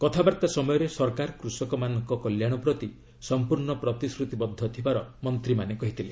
କଥାବାର୍ତ୍ତା ସମୟରେ ସରକାର କୁଷକମାନଙ୍କ କଲ୍ୟାଣ ପ୍ରତି ସମ୍ପର୍ଣ୍ଣ ପ୍ରତିଶ୍ରୁତିବଦ୍ଧ ଥିବାର ମନ୍ତ୍ରୀମାନେ କହିଥିଲେ